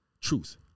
truth